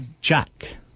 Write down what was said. Jack